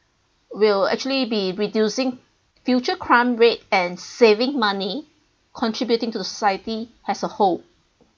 will actually be reducing future crime rate and saving money contributing to society as a whole